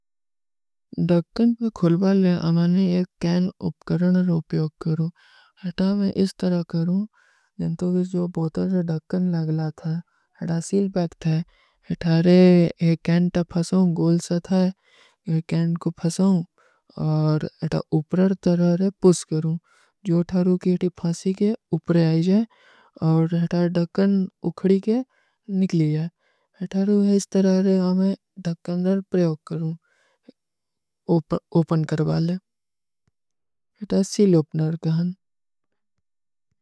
ଦକ୍କନ ପର ଖୁଲ ବାଲେଂ, ଆମାନେ ଏକ କୈନ ଉପକରଣର ଉପଯୋଗ କରୂଂ। ହୈତା ମୈଂ ଇସ ତରହ କରୂଂ, ଜୈଂତୋ କି ଜୋ ବୋତର ଡକ୍କନ ଲଗଲା ଥା। ହୈତା ସୀଲ ବୈକ ଥା। ହୈତାରେ ଏକ କୈନ ତା ଫସୋଂ, ଗୋଲ ସଥା ହୈ। ଏକ କୈନ କୋ ଫସୋଂ, ଔର ହୈତା ଉପରର ତରହରେ ପୁସ କରୂଂ। ଜୋ ଥାରୂ କେ ଟୀ ଫାସୀ କେ ଉପରେ ଆଈ ଜାଏ, ଔର ହୈତା ଡକ୍କନ ଉଖଡୀ କେ ନିକଲୀ ଜାଏ। ହୈତାରୂ ହୈ ଇସ ତରହରେ, ଆମାନେ ଦକ୍କନର ପ୍ରଯୋଗ କରୂଂ। ଓପନ କର ବାଲେଂ। ହୈତା ସୀଲ ଉପନର କହନ।